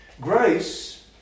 Grace